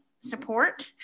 support